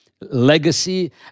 legacy